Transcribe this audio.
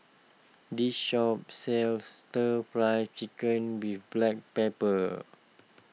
this shop sells Stir Fried Chicken with Black Pepper